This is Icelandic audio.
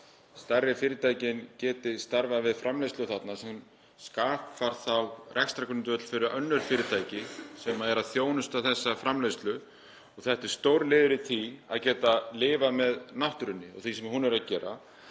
stærri fyrirtækin geti starfað við framleiðslu þarna sem skaffar þá rekstrargrundvöll fyrir önnur fyrirtæki sem eru að þjónusta þessa framleiðslu. Þetta er stór liður í því að geta lifað með náttúrunni og því sem hún er að gera,